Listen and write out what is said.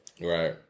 Right